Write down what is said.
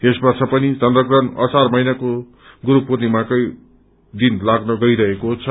यस वर्ष पनि चन्द्रप्रहण असार महिनाको गुरु पूर्णिमामै लाग्न गइरहेको छ